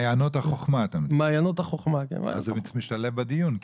מעיינות החוכמה זה דבר שמשתלב בדיון.